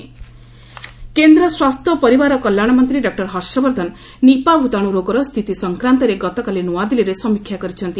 Nipah virus କେନ୍ଦ୍ର ସ୍ୱାସ୍ଥ୍ୟ ଓ ପରିବାର କଲ୍ୟାଣ ମନ୍ତ୍ରୀ ଡକ୍ଟର ହର୍ଷବର୍ଦ୍ଧନ ନିପା ଭୂତାଣୁ ରୋଗର ସ୍ଥିତି ସଂକ୍ରାନ୍ତରେ ଗତକାଲି ନୂଆଦିଲ୍ଲୀରେ ସମୀକ୍ଷା କରିଛନ୍ତି